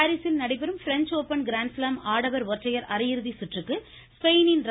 French Open பாரிசில் நடைபெறும் French Open grand slam ஆடவர் ஒற்றையர் அரையிறுதி சுற்றுக்கு ஸ்பெயினின் ர